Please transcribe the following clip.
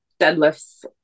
deadlifts